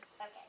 Okay